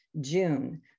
June